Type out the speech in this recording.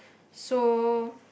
so